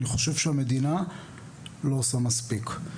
אני חושב שהמדינה לא עושה מספיק.